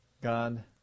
God